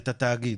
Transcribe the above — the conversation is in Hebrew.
את התאגיד,